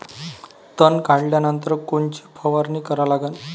तन काढल्यानंतर कोनची फवारणी करा लागन?